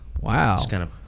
Wow